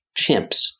chimps